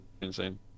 insane